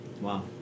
wow